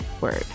word